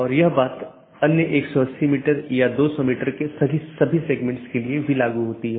इसका मतलब है कि कौन से पोर्ट और या नेटवर्क का कौन सा डोमेन आप इस्तेमाल कर सकते हैं